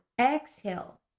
Exhale